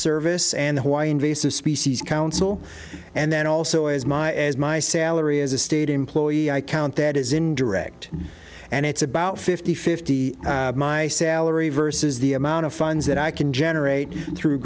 service and why invasive species council and then also as my as my say valerie as a state employee i count that as indirect and it's about fifty fifty my salary versus the amount of funds that i can generate through